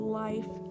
life